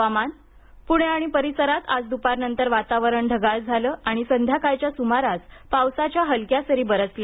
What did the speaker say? हवामान पुणे आणि परिसरात आज दुपार नंतर वातावरण ढगाळ झालं आणि संध्याकाळच्या सुमारास पावसाच्या हलक्या सरी बरसल्या